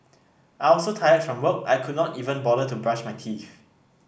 I also tired from work I could not even bother to brush my teeth